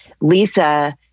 Lisa